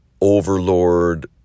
overlord